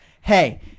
hey